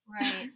Right